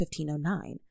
1509